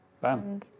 Bam